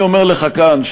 אני אומר לך כאן,